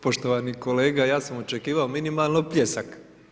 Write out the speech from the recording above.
Poštovani kolega, ja sam očekivao minimalno pljesak.